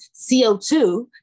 CO2